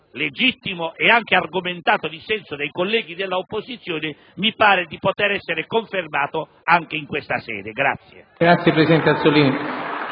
legittimo e anche argomentato dissenso dei colleghi dell'opposizione, mi sembra possa essere confermata anche in questa sede.